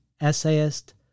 essayist